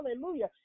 Hallelujah